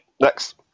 next